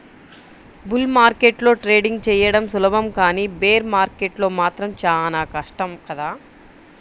bull మార్కెట్లో trading చెయ్యడం సులభం కానీ బేర్ మార్కెట్లో మాత్రం చానా కష్టం కదా